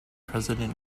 president